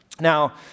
Now